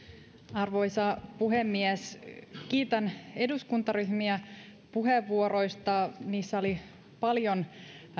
arvoisa puhemies kiitän eduskuntaryhmiä puheenvuoroista niissä oli paljon